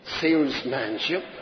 salesmanship